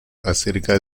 acerca